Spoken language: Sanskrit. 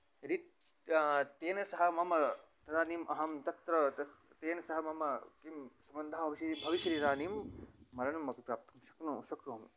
यदि तेन सह मम तदानीम् अहं तत्र तस् तेन सह मम किं सम्बन्धः विषये भविष्यति तदानीं मरणम् अपि प्राप्तुं शक्नोति शक्नोमि